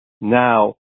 now